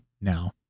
now